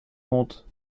comte